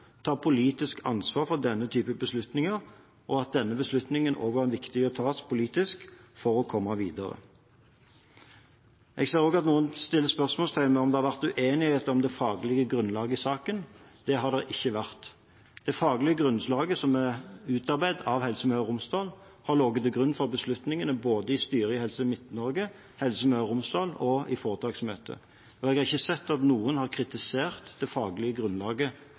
ta politisk ansvar for denne typen beslutninger, og at denne beslutningen også var viktig å ta politisk for å komme videre. Jeg ser også at noen setter spørsmålstegn ved om det har vært uenighet om det faglige grunnlaget i saken. Det har det ikke vært. Det faglige grunnlaget, som er utarbeidet av Helse Møre og Romsdal, har ligget til grunn for beslutningene både i styret i Helse Midt-Norge, i Helse Møre og Romsdal og i foretaksmøtet. Jeg har ikke sett at noen har kritisert det faglige grunnlaget